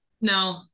no